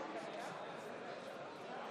נא לסכם את תוצאות